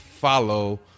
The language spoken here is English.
follow